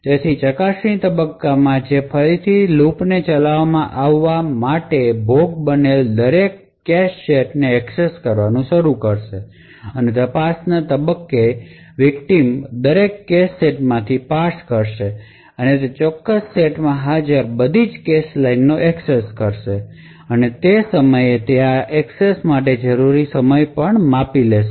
તેથી ચકાસણી તબક્કામાં જે ફરીથી લૂપને ચલાવવામાં આવતા માટે ભોગ બનેલા દરેક કેશ સેટને એક્સેસ કરવાનું શરૂ કરશે અને તપાસના તબક્કે વિકટીમ દરેક કેશ સેટમાંથી પાર્સ કરશે અને તે ચોક્કસ સેટમાં હાજર બધી કેશ લાઇનને એક્સેસ કરશે અને તે સમયે તે આ એક્સેસ માટે જરૂરી સમય પણ માપી લેશે